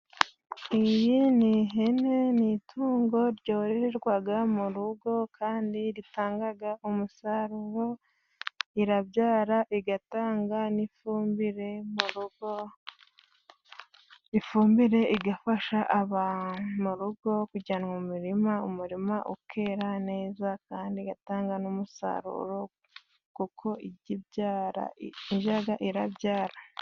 Iyi ni ihene, ni itungo ryohererwa mu rugo, kandi ritanga umusaruro, rirabyara igatanga n'ifumbire mu rugo, ifumbire igafasha aba mu rugo kujyanwa mu mirima, umurima ukera neza kandi igatanga n'umusaruro, kuko ijya irabyara.